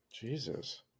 Jesus